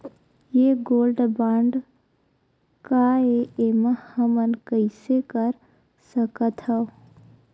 ये gold bond काय ए एमा हमन कइसे कर सकत हव?